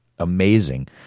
amazing